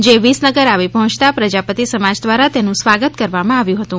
જે વિસનગર આવી પહોયતા પ્રજાપતિ સમાજ દ્વારા તેનુ સ્વાગત કરવામાં આવ્યુ હતુ